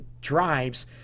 drives